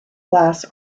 glass